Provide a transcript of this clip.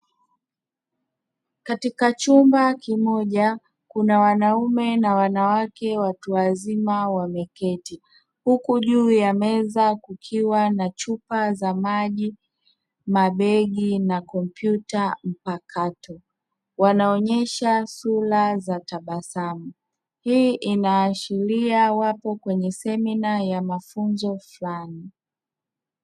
Katika chumba kimoja, kuna wanaume na wanawake watu wazima wameketi, huku juu ya meza kukiwa na: chupa za maji, mabegi na kompyuta mpakato; wanaonyesha sura za tabasamu. Hii inaashiria wapo kwenye semina ya mafunzo fulani.